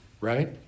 right